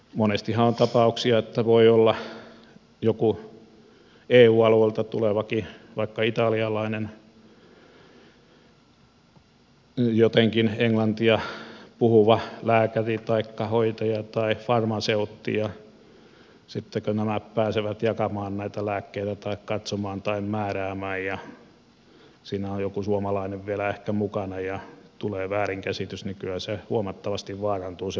monestihan on tapauksia että voi olla joku eu alueelta tulevakin vaikka italialainen jotenkin englantia puhuva lääkäri taikka hoitaja tai farmaseutti ja sitten kun nämä pääsevät jakamaan lääkkeitä tai katsomaan tai määräämään ja siinä on joku suomalainen vielä ehkä mukana ja tulee väärinkäsitys niin kyllä huomattavasti vaarantuu se potilasturvallisuus